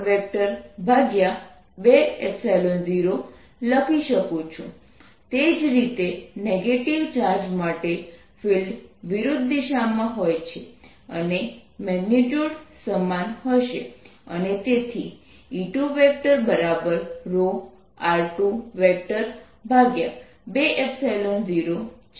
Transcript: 2πr1lr12l0ρ ∴E1r120 તે જ રીતે નેગેટીવ ચાર્જ માટે ફિલ્ડ વિરુદ્ધ દિશામાં હોય છે અને મેગ્નિટ્યુડ સમાન હશે અને તેથી E2r220 છે